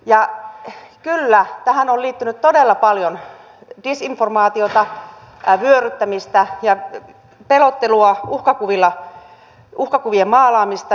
ja kyllä tähän on liittynyt todella paljon disinformaatiota vyöryttämistä ja pelottelua uhkakuvien maalaamista